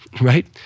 right